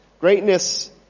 Greatness